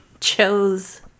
chose